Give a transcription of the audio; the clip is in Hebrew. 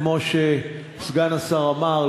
כמו שסגן השר אמר,